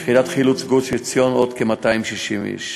יחידת חילוץ גוש-עציון, עוד כ-260 איש.